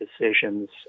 decisions